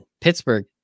Pittsburgh